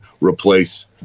replace